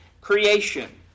creation